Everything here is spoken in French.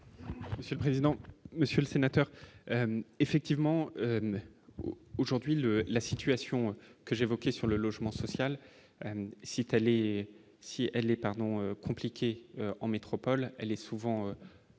Si le président, Monsieur le Sénateur, effectivement aujourd'hui le la situation que j'évoquais sur le logement social, site si elle est pardon compliqué en métropole, elle est souvent encore